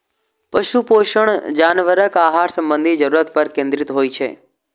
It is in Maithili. पशु पोषण जानवरक आहार संबंधी जरूरत पर केंद्रित होइ छै